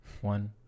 one